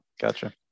Gotcha